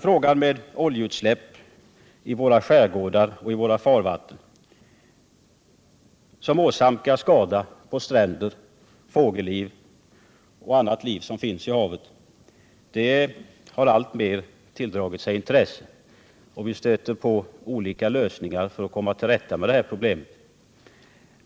Frågan om oljeutsläpp i våra skärgårdar och farvatten, som åsamkar skada på stränder, fågelliv och annat liv i havet, har alltmer tilldragit sig intresse, och vi stöter på olika lösningar för att komma till rätta med problemen.